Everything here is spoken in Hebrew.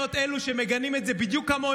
החברה הערבית מגנה אמירות כאלה.